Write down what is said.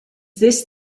this